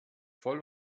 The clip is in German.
voll